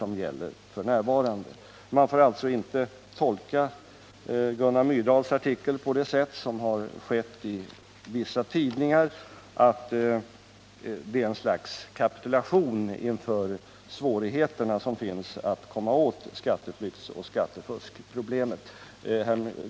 Man får alltså inte tolka Gunnar Myrdals artikel på det sätt som vissa tidningar har gjort, att det är fråga om en kapitulation inför svårigheterna att komma åt skatteflyktsoch skattefuskproblemen.